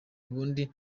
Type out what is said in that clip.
ubundi